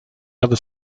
other